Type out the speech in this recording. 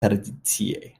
tradicie